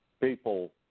people